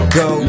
go